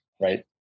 right